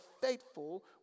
faithful